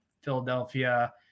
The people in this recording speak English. Philadelphia